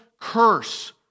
curse